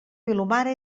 vilomara